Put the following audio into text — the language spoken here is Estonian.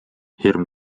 hirm